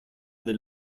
del